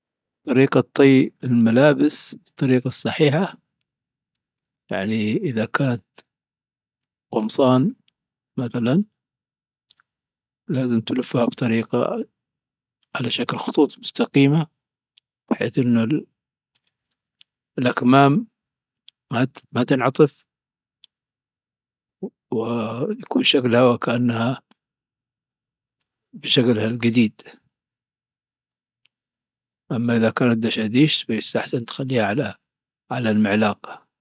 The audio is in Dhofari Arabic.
طريقة طي الملابس الطريقة الصحيحة، يعني إذا كانت قمصان مثلا لاز تلفها بطريقة على شكل خطوط مستقيمة بحيث إنه الأكمام ما تنعطف ويكون شكلها كأنها بشكلها الجديد أما إذا كانت دشاديش فيستحسن تخليها على المعلاق.